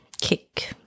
Kick